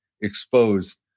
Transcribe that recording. exposed